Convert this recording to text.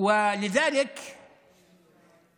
(אומר דברים בשפה הערבית,